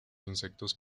insectos